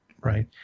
Right